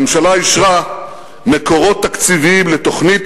הממשלה אישרה מקורות תקציביים לתוכנית